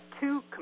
two